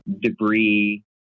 debris